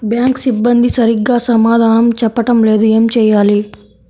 Bank సిబ్బంది సరిగ్గా సమాధానం చెప్పటం లేదు ఏం చెయ్యాలి?